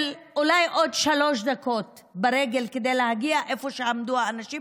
אולי עוד שלוש דקות ברגל כדי להגיע למקום שבו עמדו האנשים,